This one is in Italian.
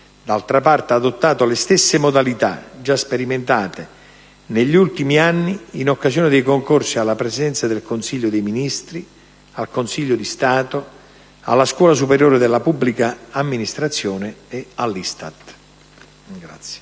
d'altra parte, ha adottato le stesse modalità già sperimentate negli ultimi anni in occasione dello svolgimento dei concorsi per la Presidenza del Consiglio dei ministri, il Consiglio di Stato, la Scuola superiore della pubblica amministrazione e l'ISTAT.